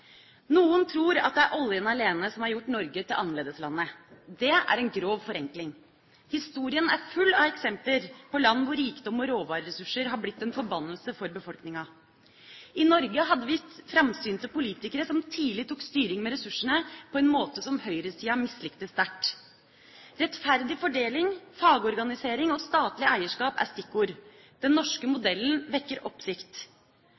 Noen tror at det er oljen alene som har gjort Norge til annerledeslandet. Det er en grov forenkling. Historien er full av eksempler på land hvor rikdom og råvareressurser har blitt en forbannelse for befolkningen. I Norge hadde vi framsynte politikere som tidlig tok styring med ressursene på en måte som høyresida mislikte sterkt. Rettferdig fordeling, fagorganisering og statlig eierskap er stikkord. Den norske modellen vekker oppsikt.